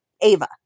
Ava